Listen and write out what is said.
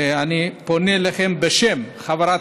אני פונה אליכם בשם חברת